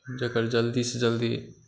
जकर जल्दी सँ जल्दी